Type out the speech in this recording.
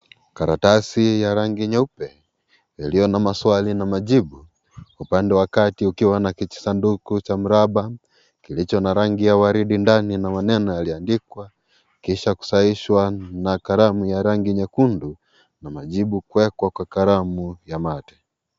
Karatasi ya rangi nyeupe, iliyo na maswali na majibu. Upande wa kati ukiwa na kijisanduku cha mraba, kilicho na rangi ya waridi ndani na maneno yaliyoandikwa, kisha kusahishwa na karamu ya rangi nyekundu, na majibu kuwekwa kwa karamu ya mate.